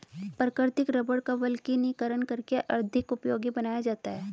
प्राकृतिक रबड़ का वल्कनीकरण करके अधिक उपयोगी बनाया जाता है